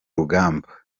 rugamba